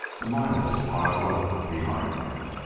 the miles piled up behind them.